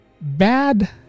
bad